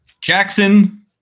Jackson